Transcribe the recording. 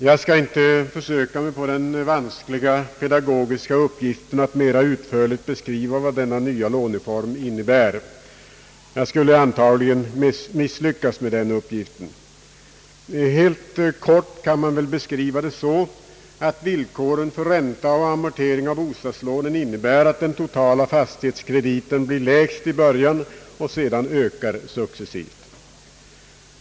Jag skall inte försöka mig på den vanskliga pedago giska uppgiften att mera utförligt beskriva vad denna nya låneform innebär. Jag skulle antagligen misslyckas med den uppgiften. Helt kort kan man väl beskriva det så, att villkoren för ränta och amortering av bostadslånen innebär att den totala fastighetskrediten blir lägst i början och sedan ökar successivt.